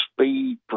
speed